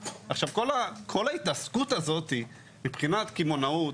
עכשיו, כל ההתעסקות הזאת מבחינת קמעונאות,